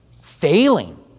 failing